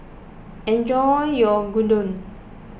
enjoy your Gyudon